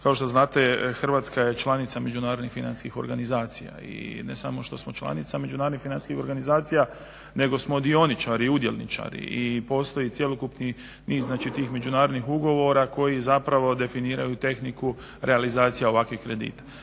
kao što znate Hrvatska je članica međunarodnih financijskih organizacija i ne samo što smo članica međunarodnih financijskih organizacija nego smo dioničari i udjelničari i postoji cjelokupni niz znači tih međunarodnih ugovora koji zapravo definiraju tehniku realizacija ovakvih kredita.